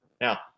Now